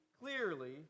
clearly